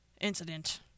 incident